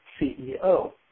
CEO